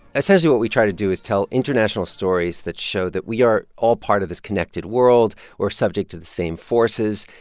essentially, what we try to do is tell international stories that show that we are all part of this connected world. we're subject to the same forces,